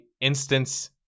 instance